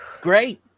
great